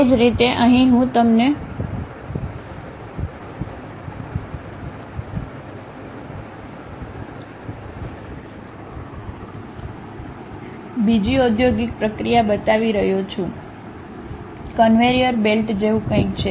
એ જ રીતે અહીં હું તમને બીજી ઊદ્યોગિક પ્રક્રિયા બતાવી રહ્યો છું કન્વેયર બેલ્ટ જેવું કંઈક છે